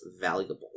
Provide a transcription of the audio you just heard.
valuable